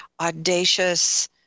audacious